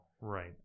Right